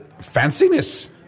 fanciness